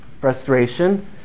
Frustration